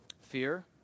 Fear